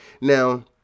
Now